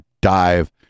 dive